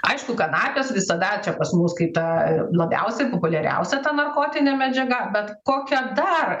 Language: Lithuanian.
aišku kanapės visada čia pas mus kai ta labiausiai populiariausia narkotinė medžiaga bet kokia dar